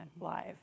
live